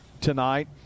tonight